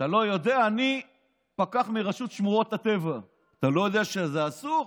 אני פקח מרשות שמורות הטבע, אתה לא יודע שזה אסור?